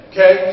Okay